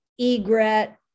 egret